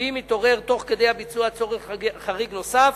ואם יתעורר תוך כדי הביצוע צורך חריג נוסף,